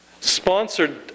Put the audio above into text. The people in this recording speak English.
sponsored